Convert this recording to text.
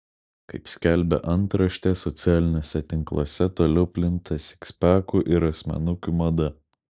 kaip skelbia antraštė socialiniuose tinkluose toliau plinta sikspekų ir asmenukių mada